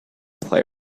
play